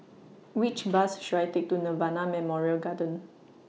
Which Bus should I Take to Nirvana Memorial Garden